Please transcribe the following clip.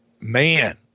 man